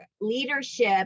leadership